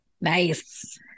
Nice